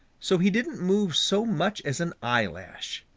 so he didn't move so much as an eye lash.